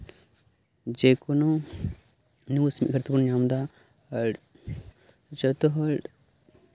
ᱡᱮᱠᱳᱱᱳ ᱱᱤᱭᱩᱡ ᱢᱤᱫ ᱜᱷᱟᱹᱲᱤ ᱛᱮᱵᱚᱱ ᱧᱟᱢ ᱮᱫᱟ ᱟᱨ ᱡᱚᱛᱚ ᱦᱚᱲ